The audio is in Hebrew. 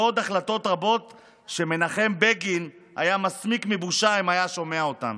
ועוד החלטות רבות שמנחם בגין היה מסמיק מבושה אם היה שומע אותן.